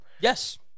Yes